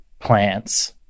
Plants